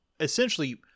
essentially